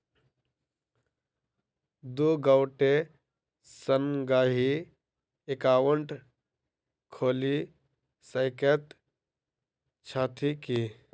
दु गोटे संगहि एकाउन्ट खोलि सकैत छथि की?